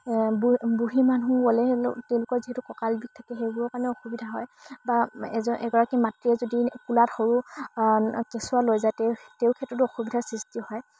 বুঢ়ী মানুহ গ'লেও তেওঁলোকৰ যিহেতু কঁকাল বিষ থাকে সেইবোৰৰ কাৰণে অসুবিধা হয় বা এজন এগৰাকী মাতৃয়ে যদি কোলাত সৰু কেঁচুৱা লৈ যায় তেওঁ তেওঁৰ ক্ষেত্ৰতো অসুবিধাৰ সৃষ্টি হয়